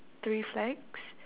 three flags